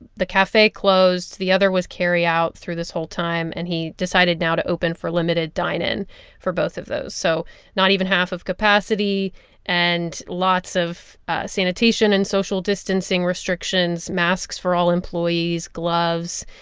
the cafe closed. the other was carryout through this whole time. and he decided now to open for limited dine-in for both of those, so not even half of capacity and lots of sanitation and social distancing restrictions, masks for all employees, gloves.